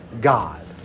God